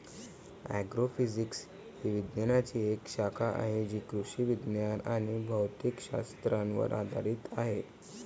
agrophysics ही विज्ञानाची एक शाखा आहे जी कृषी विज्ञान आणि भौतिक शास्त्रावर आधारित आहे